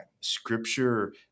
scripture